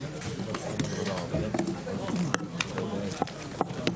הישיבה ננעלה בשעה 10:49.